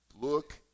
Look